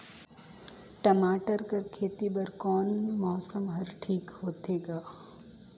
टमाटर कर खेती बर कोन मौसम हर ठीक होथे ग?